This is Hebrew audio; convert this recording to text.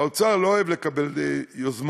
האוצר לא אוהב לקבל יוזמות,